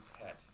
pet